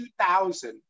2000